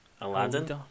Aladdin